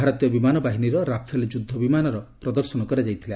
ଭାରତୀୟ ବିମାନ ବାହିନୀର ରାଫେଲ୍ ଯୁଦ୍ଧ ବିମାନର ପ୍ରଦର୍ଶନ କରାଯାଇଥିଲା